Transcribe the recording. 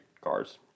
cars